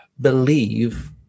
believe